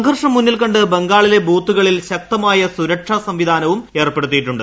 സംഘർഷം മുന്നിൽക്കണ്ട് ബംഗാളിലെ ബൂത്തുകളിൽ സുരക്ഷാ സംവിധാനവും ഏർപ്പെടുത്തിയിട്ടുണ്ട്